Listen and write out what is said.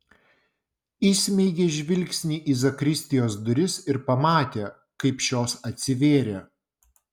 įsmeigė žvilgsnį į zakristijos duris ir pamatė kaip šios atsivėrė